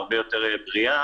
והרבה יותר בריאה.